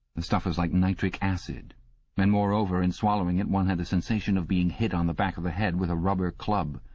the stuff was like nitric acid, and moreover, in swallowing it one had the sensation of being hit on the back of the head with a rubber club.